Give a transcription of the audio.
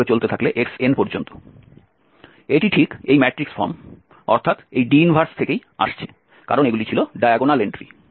এটি ঠিক এই ম্যাট্রিক্স ফর্ম অর্থাৎ এই D 1থেকেই আসছে কারণ এগুলি ছিল ডায়াগোনাল এন্ট্রি